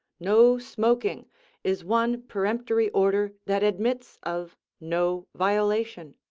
no smoking is one peremptory order that admits of no violation.